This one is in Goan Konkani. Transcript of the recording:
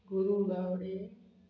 गुरू गावडे